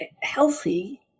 healthy